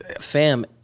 Fam